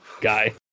guy